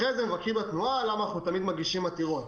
אחרי זה מתלוננים למה אנחנו תמיד מגישים עתירות.